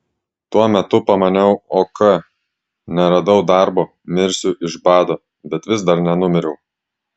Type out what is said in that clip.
tuo metu pamaniau ok neradau darbo mirsiu iš bado bet vis dar nenumiriau